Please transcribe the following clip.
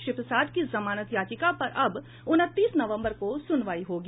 श्री प्रसाद की जमानत याचिका पर अब उनतीस नवम्बर को सुनवाई होगी